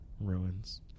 ruins